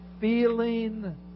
Feeling